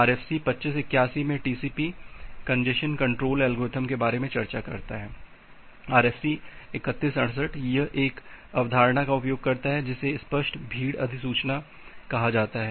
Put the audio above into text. RFC 2581 में TCP congestion control algorithm बारे में चर्चा करता है RFC 3168 यह एक अवधारणा का उपयोग करता है जिसे स्पष्ट भीड़ अधिसूचना कहा जाता है